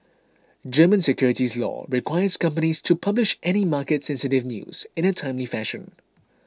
German securities law requires companies to publish any market sensitive news in a timely fashion